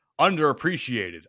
underappreciated